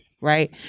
right